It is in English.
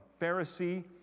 Pharisee